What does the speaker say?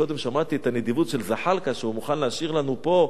קודם שמעתי את הנדיבות של זחאלקה שהוא מוכן להשאיר לנו פה,